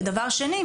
ודבר שני,